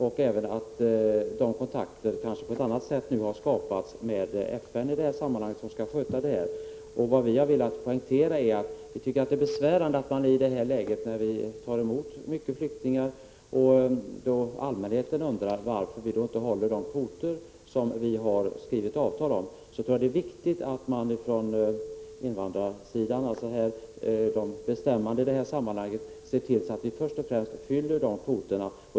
Jag tror också att det nu på ett annat sätt än tidigare har skapats kontakter med FN när det gäller att sköta detta. 75 I nuvarande läge, när vi tar emot många flyktingar och allmänheten undrar varför vi då inte håller de kvoter som vi har skrivit avtal om, tror jag att det är viktigt att man från de bestämmande i det här sammanhanget ser till att vi först och främst fyller dessa kvoter.